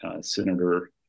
Senator